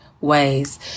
ways